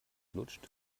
lutscht